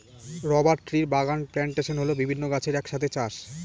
rubber ট্রির বাগান plantation হল বিভিন্ন গাছের এক সাথে চাষ